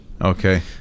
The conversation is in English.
Okay